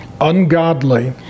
ungodly